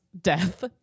death